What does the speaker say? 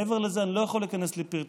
מעבר לזה אני לא יכול להיכנס לפרטי